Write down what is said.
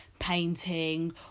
painting